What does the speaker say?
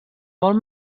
molt